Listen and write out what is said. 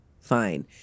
fine